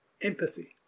empathy